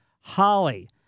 holly